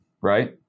right